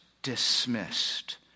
dismissed